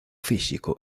físico